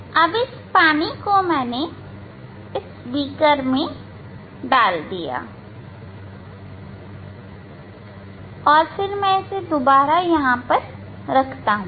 अब इस पानी को मैंने बीकर में डाल लिया है और फिर इसे मैं दोबारा यहां रखता हूं